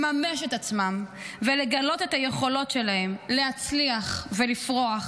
לממש את עצמם ולגלות את היכולות שלהם להצליח ולפרוח,